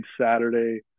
Saturday